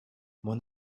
mon